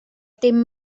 dim